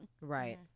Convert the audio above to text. right